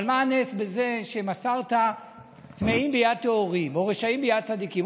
אבל מה הנס בזה שמסרת טמאים ביד טהורים או רשעים ביד צדיקים?